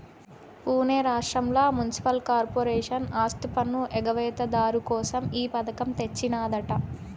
పునే రాష్ట్రంల municipal corporation ఆస్తిపన్ను ఎగవేత దారు కోసం ఈ పథకం తెచ్చినాదట